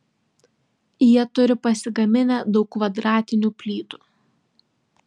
jie turi pasigaminę daug kvadratinių plytų